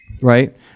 right